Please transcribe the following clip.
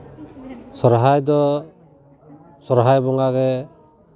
ᱥᱚᱨᱦᱟᱭ ᱫᱚ ᱥᱚᱨᱦᱟᱭ ᱵᱚᱸᱜᱟ ᱜᱮ